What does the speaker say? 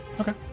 Okay